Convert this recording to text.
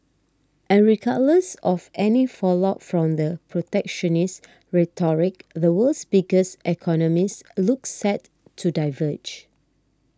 and regardless of any fallout from the protectionist rhetoric the world's biggest economies look set to diverge